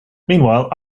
meanwhile